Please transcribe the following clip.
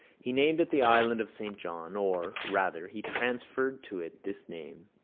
he named it the island of st john-or, rather, he transferred to it this name,